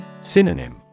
Synonym